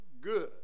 good